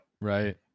Right